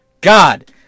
God